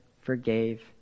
forgave